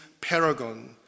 paragon